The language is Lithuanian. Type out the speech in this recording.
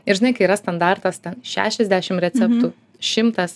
ir žinai kai yra standartas ten šešiasdešim receptų šimtas